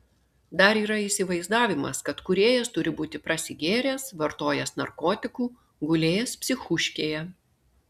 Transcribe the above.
dar yra įsivaizdavimas kad kūrėjas turi būti prasigėręs vartojęs narkotikų gulėjęs psichūškėje